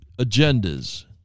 agendas